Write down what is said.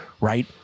right